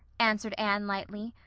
answered anne lightly.